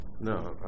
No